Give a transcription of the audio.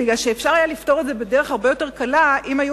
כי אפשר היה לפתור את זה בדרך הרבה יותר קלה אם היו